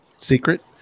Secret